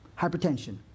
Hypertension